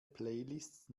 playlists